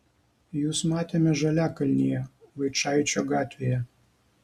jus matėme žaliakalnyje vaičaičio gatvėje